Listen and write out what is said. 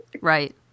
Right